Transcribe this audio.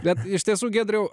bet iš tiesų giedriau